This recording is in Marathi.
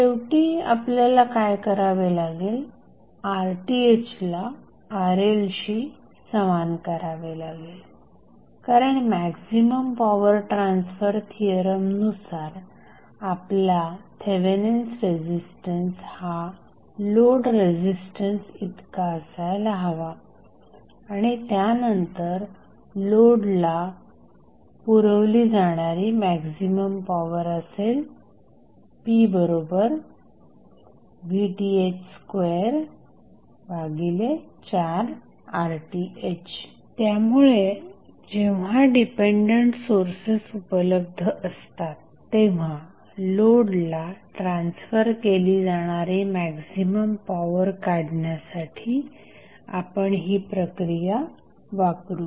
शेवटी आपल्याला काय करावे लागेल RTh ला RLशी समान करावे लागेल कारण मॅक्झिमम पॉवर ट्रान्सफर थिअरम नुसार आपला थेवेनिन्स रेझिस्टन्स हा लोड रेझिस्टन्स इतका असायला हवा आणि त्यानंतर लोडला पुरवली जाणारी मॅक्सिमम पॉवर असेल pVTh24RTh त्यामुळे जेव्हा डिपेंडंट सोर्सेस उपलब्ध असतात तेव्हा लोडला ट्रान्सफर केली जाणारी मॅक्सिमम पॉवर काढण्यासाठी आपण ही प्रक्रिया वापरू